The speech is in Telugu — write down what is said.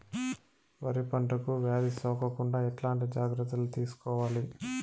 వరి పంటకు వ్యాధి సోకకుండా ఎట్లాంటి జాగ్రత్తలు తీసుకోవాలి?